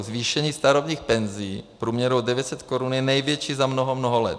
Zvýšení starobních penzí v průměru o 900 korun je největší za mnoho, mnoho let.